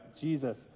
Jesus